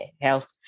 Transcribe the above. health